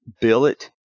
Billet